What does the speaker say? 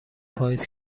پائیز